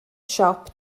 siop